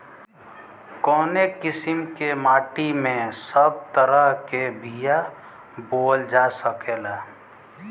कवने किसीम के माटी में सब तरह के बिया बोवल जा सकेला?